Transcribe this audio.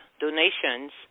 donations